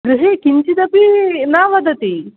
गृहे किञ्चिदपि न वदति